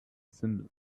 symbols